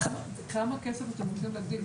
בכמה כסף אתם רוצים להגדיל?